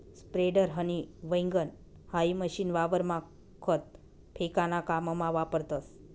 spreader, हनी वैगण हाई मशीन वावरमा खत फेकाना काममा वापरतस